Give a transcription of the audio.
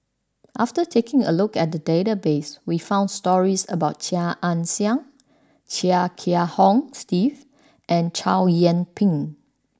after taking a look at the database we found stories about Chia Ann Siang Chia Kiah Hong Steve and Chow Yian Ping